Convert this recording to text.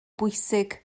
bwysig